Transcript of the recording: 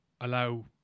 allow